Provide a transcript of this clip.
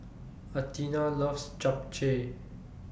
Athena loves Japchae